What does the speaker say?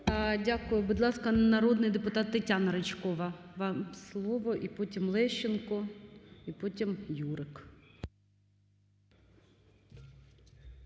Дякую. Будь ласка, народний депутат Тетяна Ричкова, вам слово і потім –Лещенко, і потім – Юрик.